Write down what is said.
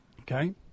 Okay